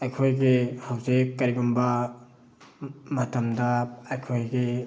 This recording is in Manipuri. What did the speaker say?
ꯑꯩꯈꯣꯏꯒꯤ ꯍꯧꯖꯤꯛ ꯀꯔꯤꯒꯨꯝꯕ ꯃꯇꯝꯗ ꯑꯩꯈꯣꯏꯒꯤ